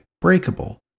breakable